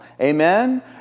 Amen